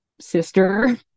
sister